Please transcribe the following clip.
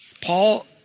Paul